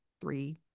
three